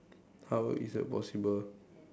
how is that possible